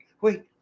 wait